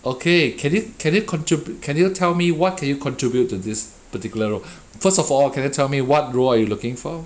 okay can it can it contr~ can you tell me what can you contribute to this particular role first of all can you tell me what role are you looking for